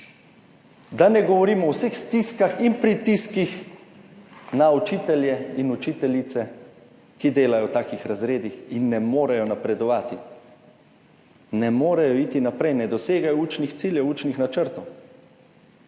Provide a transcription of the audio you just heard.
Da ne govorimo o vseh stiskah in pritiskih na učitelje in učiteljice, ki delajo v takih razredih in ne morejo napredovati, ne morejo iti naprej, ne dosegajo učnih ciljev, učnih načrtov.